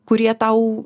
kurie tau